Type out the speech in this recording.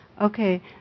okay